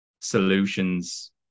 solutions